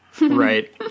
right